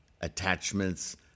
attachments